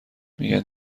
میگن